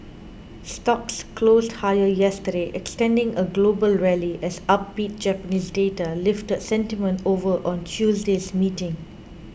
stocks closed higher yesterday extending a global rally as upbeat Japanese data lifted sentiment over on Tuesday's meeting